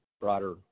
broader